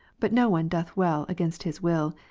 but no one doth well against his will,